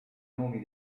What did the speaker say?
nomi